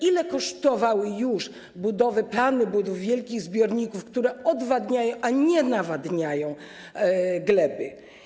Ile kosztowały już budowy, plany budowy wielkich zbiorników, które odwadniają, a nie nawadniają gleby?